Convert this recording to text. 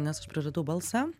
nes aš praradau balsą